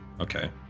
Okay